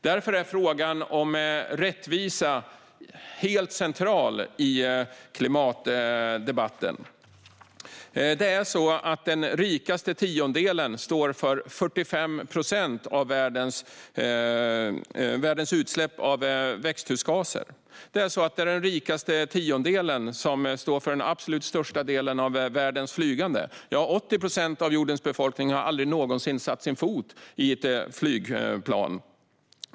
Därför är frågan om rättvisa helt central i klimatdebatten. Den rikaste tiondelen står för 45 procent av världens utsläpp av växthusgaser. Det är den rikaste tiondelen som står för den absolut största delen av världens flygande. Det är 80 procent av jordens befolkning som aldrig någonsin satt sin fot i ett flygplan.